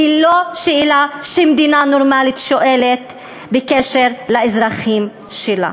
זו לא שאלה שמדינה נורמלית שואלת בקשר לאזרחים שלה.